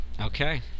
Okay